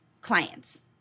clients